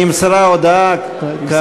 נמסרה ההודעה כראוי לכל החברים?